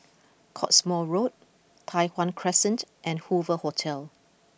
Cottesmore Road Tai Hwan Crescent and Hoover Hotel